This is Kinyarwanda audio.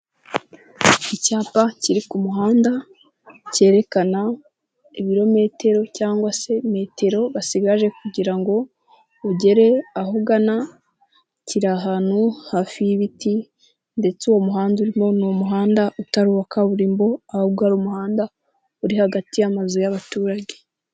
Icyapa kiri ku muhanda kerekana ibirometero cyangwa se metero basigaje kugira ngo ugere aho ugana, kiri ahantu hafi y'ibiti ndetse uwo muhanda urimo, ni umuhanda utari uwa kaburimbo, ahubwo ari umuhanda uri hagati y'amazu y'abaturage.